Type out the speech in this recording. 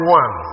one